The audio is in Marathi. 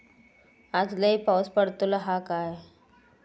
आज लय पाऊस पडतलो हा काय?